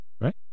right